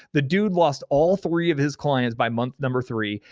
the dude lost all three of his clients by month number three.